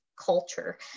culture